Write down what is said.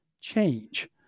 change